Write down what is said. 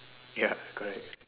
ya correct